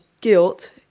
guilt